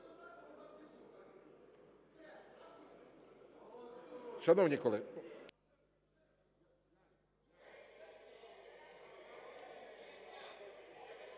Шановні колеги!